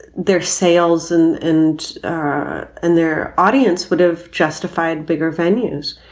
their sales and and and their audience would have justified bigger venues